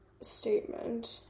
statement